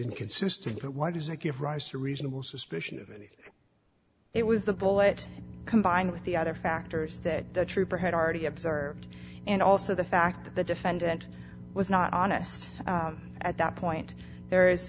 inconsistent but why does that give rise to reasonable suspicion of it it was the bullet combined with the other factors that the trooper had already observed and also the fact that the defendant was not honest at that point there is